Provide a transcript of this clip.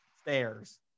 stairs